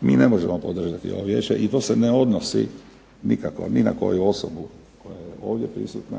Mi ne možemo podržati ovo vijeće i to se ne odnosi nikako ni na koju osobu ovdje prisutnu,